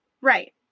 Right